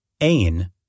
Ain